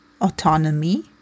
autonomy